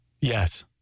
Yes